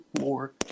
more